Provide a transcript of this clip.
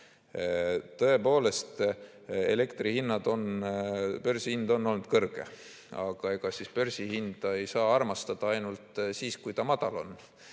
Tõepoolest, elektri börsihind on olnud kõrge, aga ega siis börsihinda ei saa armastada ainult siis, kui ta madal on.